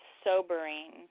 sobering